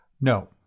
No